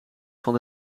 van